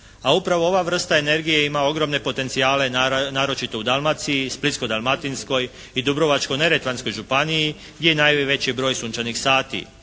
a upravo ova vrsta energije ima ogromne potencijale naročito u Dalmaciji, Splitsko-dalmatinskoj i Dubrovačko-neretvanskoj županiji gdje je i najveći broj sunčanih sati.